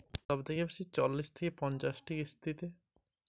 সবথেকে বেশী কতগুলো কিস্তিতে আমি আমার গৃহলোন শোধ দিতে পারব?